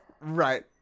right